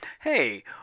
Hey